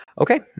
okay